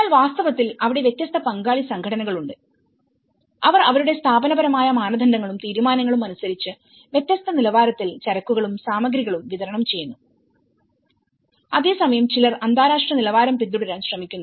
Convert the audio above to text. എന്നാൽ വാസ്തവത്തിൽ അവിടെ വ്യത്യസ്ത പങ്കാളി സംഘടനകളുണ്ട് അവർ അവരുടെ സ്ഥാപനപരമായ മാനദണ്ഡങ്ങളും തീരുമാനങ്ങളും അനുസരിച്ച് വ്യത്യസ്ത നിലവാരത്തിൽ ചരക്കുകളും സാമഗ്രികളും വിതരണം ചെയ്യുന്നുഅതേസമയം ചിലർ അന്താരാഷ്ട്ര നിലവാരം പിന്തുടരാൻ ശ്രമിക്കുന്നു